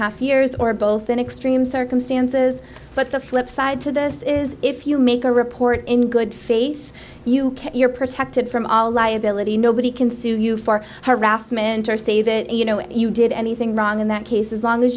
half years or both in extreme circumstances but the flip side to this is if you make a report in good face you you're protected from all liability nobody can sue you for harassment or say that you know you did anything wrong in that case as long as